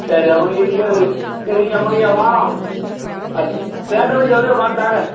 சரி அப்போ நீங்கள் இங்கே இரு நீங்கள் அப்போ நீங்கள் வாரோம் அது ரேட்டை கொஞ்சம் இது பார்த்து தாங்க